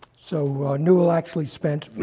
so newell actually spent